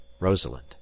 Rosalind